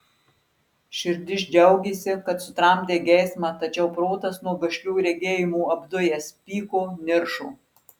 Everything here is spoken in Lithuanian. širdis džiaugėsi kad sutramdei geismą tačiau protas nuo gašlių regėjimų apdujęs pyko niršo